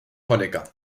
honecker